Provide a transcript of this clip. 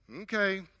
Okay